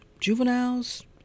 juveniles